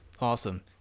Awesome